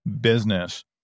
business